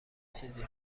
چیزی